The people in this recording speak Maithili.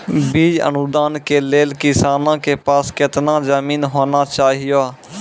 बीज अनुदान के लेल किसानों के पास केतना जमीन होना चहियों?